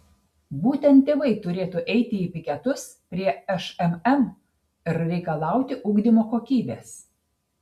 būtent tėvai turėtų eiti į piketus prie šmm ir reikalauti ugdymo kokybės